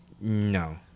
no